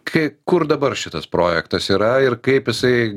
kai kur dabar šitas projektas yra ir kaip jisai